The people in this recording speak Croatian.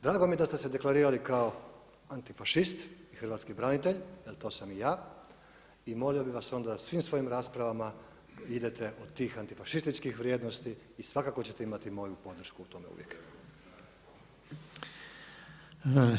Drago mi je da ste se deklarirali kao antifašist, hrvatski branitelj jer to sam i ja i molio bih vas da u svim svojim raspravama idete od tih antifašističkih vrijednosti i svakako ćete imati moju podršku u tome uvijek.